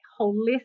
holistic